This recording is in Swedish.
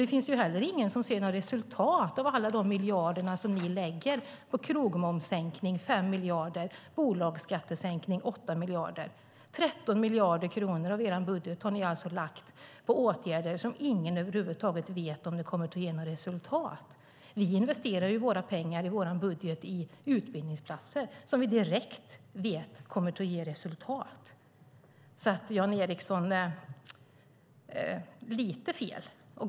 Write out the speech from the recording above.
Det finns ingen som ser några resultat av alla de miljarder som Alliansen satsar - krogmomssänkning 5 miljarder, bolagsskattesänkning 8 miljarder. 13 miljarder av budgeten har Alliansen lagt på åtgärder som ingen vet om de kommer att ge några resultat. Vi investerar våra pengar i utbildningsplatser, vilket vi vet kommer att ge direkta resultat.